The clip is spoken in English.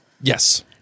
Yes